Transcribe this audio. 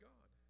God